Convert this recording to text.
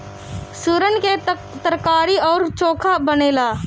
सुरन के तरकारी अउरी चोखा बनेला